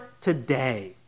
today